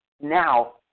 now